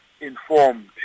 informed